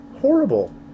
Horrible